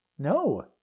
No